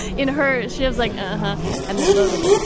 in her she was like. ah and then logan's like.